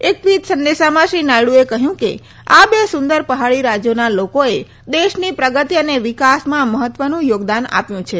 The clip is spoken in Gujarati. એક ટ્વીટ સંદેશામાં શ્રી નાયડુએ કહ્યું કે આ બે સુંદર પહાડી રાજ્યોના લોકોએ દેશની પ્રગતિ અને વિકાસમાં મહત્વનું યોગદાન આપ્યુ છે